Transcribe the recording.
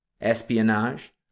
espionage